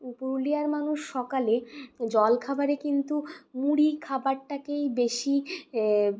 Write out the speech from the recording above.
পুরুলিয়ার মানুষ সকালে জলখাবারে কিন্তু মুড়ি খাবারটাকেই বেশি